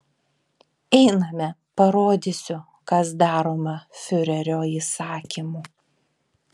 einame parodysiu kas daroma fiurerio įsakymu